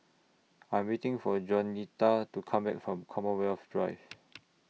I'm waiting For Juanita to Come Back from Commonwealth Drive